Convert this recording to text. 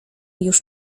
już